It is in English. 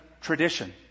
tradition